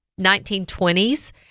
1920s